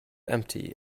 empty